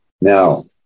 Now